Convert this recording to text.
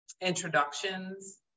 introductions